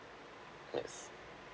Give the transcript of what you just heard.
yes